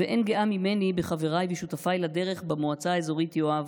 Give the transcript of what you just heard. ואין גאה ממני בחבריי ובשותפיי לדרך במועצה האזורית יואב,